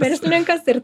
verslininkas ir